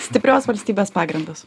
stiprios valstybės pagrindas